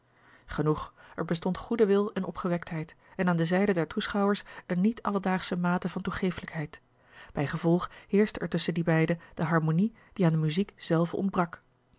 genoeg er bestond goede wil en opgewektheid en aan de zijde der toeschouwers eene niet alledaagsche mate van toegeeflijkheid bijgevolg heerschte er tusschen die beide de harmonie die aan de muziek zelve ontbrak